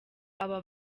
aba